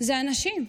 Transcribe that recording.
אלו אנשים.